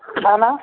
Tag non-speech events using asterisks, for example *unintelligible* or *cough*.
*unintelligible*